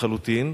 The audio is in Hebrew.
לחלוטין,